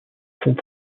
fonds